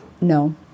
No